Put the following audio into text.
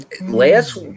last